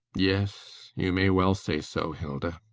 yes, you may well say so, hilda.